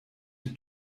die